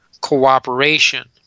cooperation